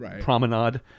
promenade